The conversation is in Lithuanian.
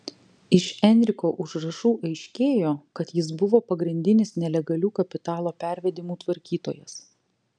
iš enriko užrašų aiškėjo kad jis buvo pagrindinis nelegalių kapitalo pervedimų tvarkytojas